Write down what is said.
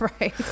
right